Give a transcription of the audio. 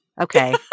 Okay